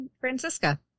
francisca